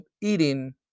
eating